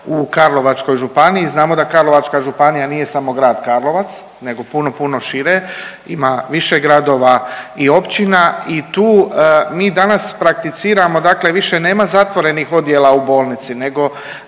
u Karlovačkoj županiji. Znamo da Karlovačka županija nije samo Grad Karlovac, nego puno, puno šire, ima više gradova i općina i tu mi danas prakticiramo, dakle više nema zatvorenih odjela u bolnici nego